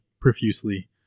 profusely